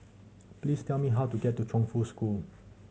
please tell me how to get to Chongfu School